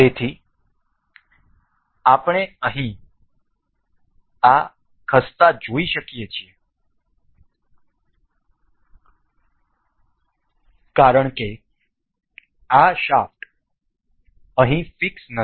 તેથી આપણે અહીં આ ખસતા જોઈ શકીએ છીએ કારણ કે આ શાફ્ટ અહીં ફિક્સ નથી